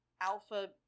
alpha